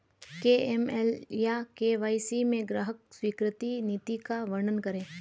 AML या KYC में ग्राहक स्वीकृति नीति का वर्णन करें?